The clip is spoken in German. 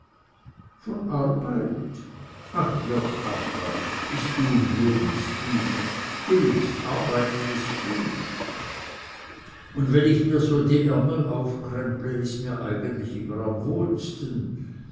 von arbeit ach jott arbeit bist du jung stine gewiß arbeiten is gut un wenn ich mir so die ärmel aufkremple is mir eigentlich immer am wohlsten